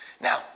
Now